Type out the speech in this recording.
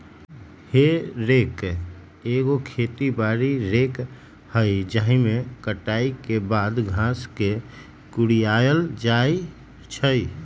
हे रेक एगो खेती बारी रेक हइ जाहिमे कटाई के बाद घास के कुरियायल जाइ छइ